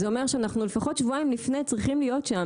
זה אומר שלפחות שבועיים לפני אנחנו צריכים להיות שם,